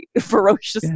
ferocious